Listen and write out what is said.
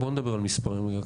בואו נדבר על מספרים רגע.